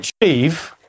achieve